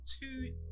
two